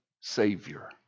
savior